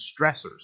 stressors